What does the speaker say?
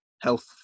health